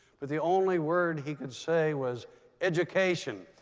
but the only word he could say was education.